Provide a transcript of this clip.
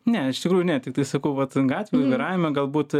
ne iš tikrųjų ne tiktai sakau vat gatvių vairavime galbūt